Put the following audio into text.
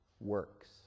works